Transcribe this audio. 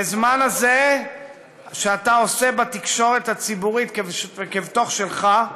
בזמן הזה שאתה עושה בתקשורת הציבורית כבתוך שלך,